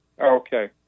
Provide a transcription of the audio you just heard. Okay